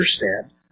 understand